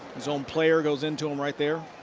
so um player goes into him right there.